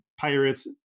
pirates